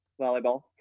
volleyball